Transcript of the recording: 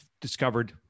discovered